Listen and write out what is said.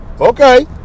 Okay